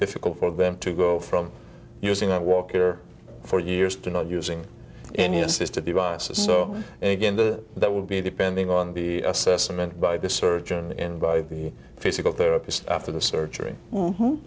difficult for them to go from using a walker for years to not using any assisted devices so again the that would be depending on the assessment by the surgeon by the physical therapist after the surgery